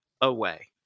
away